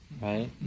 right